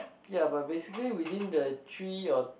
ya but basically within the three or